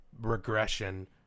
regression